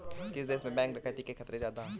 किस देश में बैंक डकैती के खतरे ज्यादा हैं?